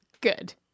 Good